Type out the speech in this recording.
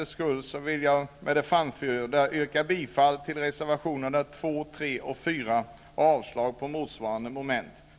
Med tanke på riksdagens arbete yrkar jag härmed bifall till reservationerna 2, 3 och 4 samt avslag på utskottets hemställan i motsvarande moment.